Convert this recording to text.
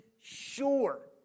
sure